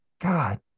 God